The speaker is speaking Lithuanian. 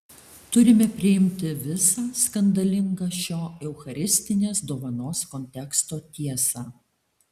turime priimti visą skandalingą šio eucharistinės dovanos konteksto tiesą